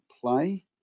play